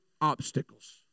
obstacles